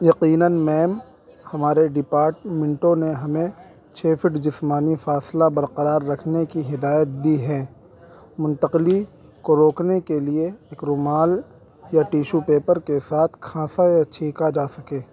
یقیناً میم ہمارے ڈپاٹمنٹوں نے ہمیں چھ فٹ جسمانی فاصلہ برقرار رکھنے کی ہدایات دی ہے منتقلی کو روکنے کے لیے ایک رومال یا ٹیشو پیپر کے ساتھ کھانسا یا چھینکا جا سکے